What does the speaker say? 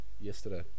Yesterday